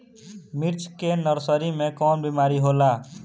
मिर्च के नर्सरी मे कवन बीमारी होला?